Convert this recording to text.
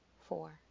four